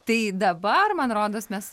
tai dabar man rodos mes